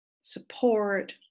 support